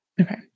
Okay